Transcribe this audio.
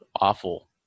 awful